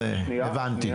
הבנתי.